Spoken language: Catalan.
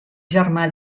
germà